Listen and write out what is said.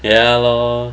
ya lor